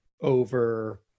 over